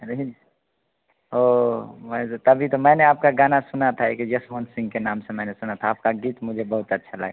रही ओह हमें तो तभी तो मैंने आपका गाना सुना था एक जसवंत सिंघ के नाम से मैंने सुना था आपका गीत मुझे बहुत अच्छा लगा